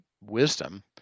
wisdom